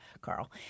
Carl